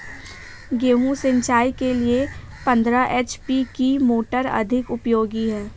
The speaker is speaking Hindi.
गेहूँ सिंचाई के लिए पंद्रह एच.पी की मोटर अधिक उपयोगी है?